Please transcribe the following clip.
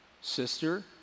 sister